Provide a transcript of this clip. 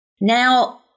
Now